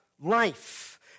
life